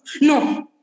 no